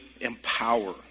empower